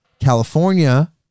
California